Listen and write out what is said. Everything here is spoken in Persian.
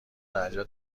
درجا